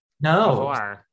No